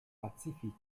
pazifik